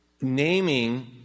naming